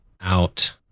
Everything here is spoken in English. out